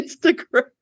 Instagram